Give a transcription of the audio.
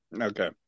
okay